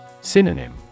Synonym